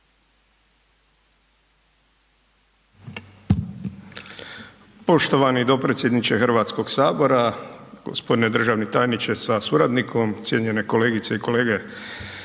Hvala potpredsjedniče Hrvatskoga sabora, uvaženi državni tajniče sa suradnikom, kolegice i kolege.